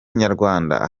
nyarwanda